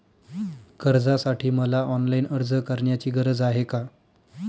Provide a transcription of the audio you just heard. कर्जासाठी मला ऑनलाईन अर्ज करण्याची गरज आहे का?